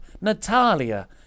Natalia